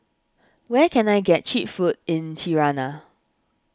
where can I get Cheap Food in Tirana